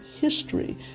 history